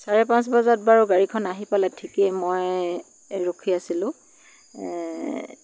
চাৰে পাঁচ বজাত বাৰু গাড়ীখন আহি পালে ঠিকেই মই ৰখি আছিলোঁ